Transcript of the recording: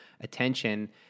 attention